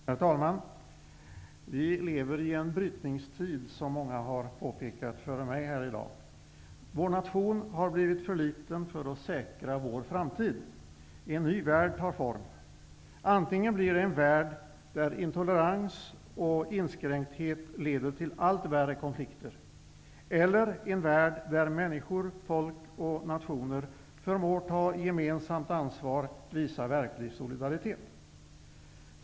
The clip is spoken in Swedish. Herr talman! Vi lever i en brytningstid, som många före mig här i dag har påpekat. Vår nation har blivit för liten för att säkra vår framtid. En ny värld tar form. Antingen blir det en värld där intolerans och inskränkthet leder till allt värre konflikter, eller också blir det en värld där människor, folk och nationer förmår ta gemensamt ansvar och visa verklig solidaritet.